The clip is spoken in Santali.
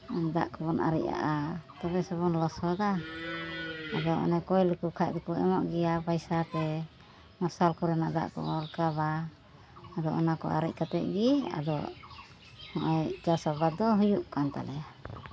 ᱫᱟᱜ ᱠᱚᱵᱚᱱ ᱟᱨᱮᱡ ᱟᱜᱼᱟ ᱛᱚᱵᱮ ᱥᱮᱵᱚᱱ ᱞᱚᱥᱚᱫᱟ ᱟᱫᱚ ᱚᱱᱟ ᱠᱚᱭ ᱞᱮᱠᱚ ᱠᱷᱟᱱ ᱫᱚᱠᱚ ᱮᱢᱚᱜ ᱜᱮᱭᱟ ᱯᱚᱭᱥᱟ ᱛᱮ ᱚᱱᱟ ᱥᱟᱞ ᱠᱚᱨᱮᱱᱟᱜ ᱫᱚᱜ ᱠᱚᱵᱚᱱ ᱨᱟᱠᱟᱵᱟ ᱟᱫᱚ ᱚᱱᱟ ᱠᱚ ᱟᱨᱮᱡ ᱠᱟᱛᱮᱫ ᱜᱮ ᱟᱫᱚ ᱦᱚᱸᱜᱼᱚᱭ ᱪᱟᱥᱼᱟᱵᱟᱫ ᱫᱚ ᱦᱩᱭᱩᱜ ᱠᱟᱱ ᱛᱟᱞᱮᱭᱟ